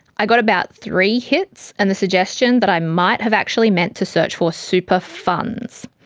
i got about three hits and the suggestion that i might have actually meant to search for superfunds.